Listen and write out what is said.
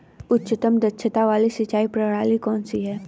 उच्चतम दक्षता वाली सिंचाई प्रणाली कौन सी है?